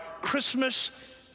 Christmas